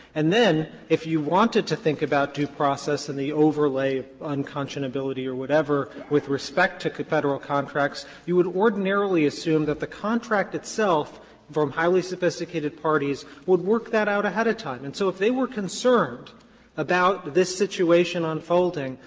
and then if you wanted to think about due process and the overlay of unconscionability or whatever with respect to federal contracts, you would ordinarily assume that the contract itself from highly sophisticated parties would work that out ahead of time. and so if they were concerned about this situation unfolding,